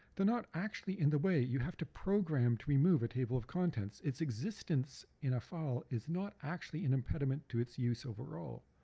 not actually in the way you have to program to remove a table of contents. its existence in a file is not actually an impediment to its use overall.